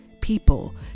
people